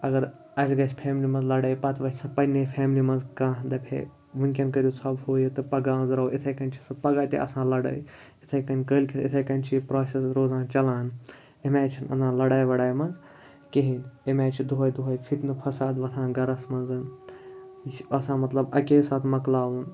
اگر اَسہِ گژھِ فیملی منٛز لَڑٲے پَتہٕ وۄتھِ سُہ پنٛنے فیملی منٛز کانٛہہ دَپہِ ہے وٕنکٮ۪ن کٔرِو ژھۄپہٕ ہُہ یہِ تہٕ پَگاہ أنٛزراوَو اِتھَے کٔنۍ چھِ سُہ پَگاہ تہِ آسان لَڑٲے اِتھَے کٔنۍ کٲلۍ کٮ۪تھ اِتھَے کٔنۍ چھِ یہِ پرٛاسٮ۪س روزان چَلان امہِ آے چھِنہٕ اندان لَڑاے وَڑاے منٛز کِہیٖنۍ امہِ آے چھِ دۄہَے دۄہَے فِتنہٕ فساد وۄتھان گرَس منٛز یہِ چھِ آسان مطلب اکے ساتہٕ مۄکلاوُن